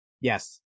Yes